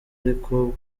ariko